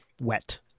wet